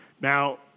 Now